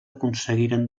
aconseguiren